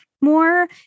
more